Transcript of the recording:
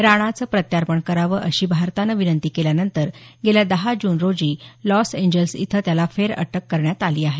राणाचं प्रत्यार्पण करावं अशी भारतानं विनंती केल्यानंतर गेल्या दहा जून रोजी लॉस एंजल्स इथं त्याला फेरअटक करण्यात आली आहे